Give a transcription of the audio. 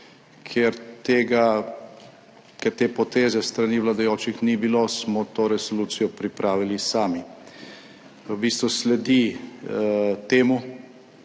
ker te poteze s strani vladajočih ni bilo, smo to resolucijo pripravili sami. V bistvu sledi temu,